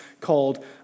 called